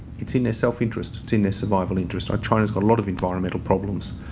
it's in their self-interest. it's in their survival interest. ah china's got a lot of environmental problems.